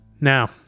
Now